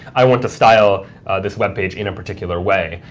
i want to style this web page in a particular way,